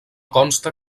consta